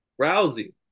Rousey